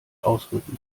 ausrücken